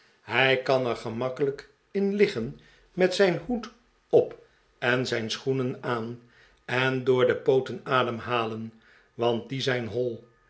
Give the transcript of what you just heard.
hij kan er gemakkelijk in liggen met zijn hoed op en zijn schoenen aan en door de poo ten ademhalen want die zijn hoi